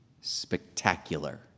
spectacular